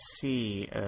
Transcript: see